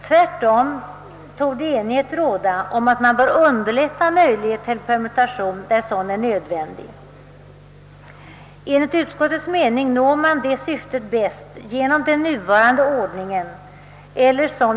Tvärtom torde enighet råda om att man bör underlätta möjligheterna till permutation där sådan är nödvändig. Enligt utskottets mening når man det syftet bäst genom den nuvarande ordningen.